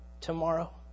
tomorrow